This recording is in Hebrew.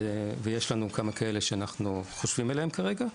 ויש לנו כמה כאלה שאנחנו חושבים עליהם כרגע.